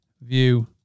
view